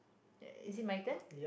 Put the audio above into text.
is it my turn